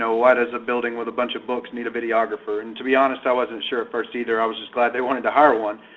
so why does a building with a bunch of books, need a videographer? and to be honest, i wasn't sure at first either. i was just glad they wanted to hire one.